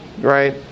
right